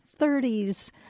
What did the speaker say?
30s